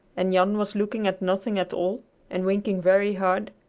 and jan was looking at nothing at all and winking very hard,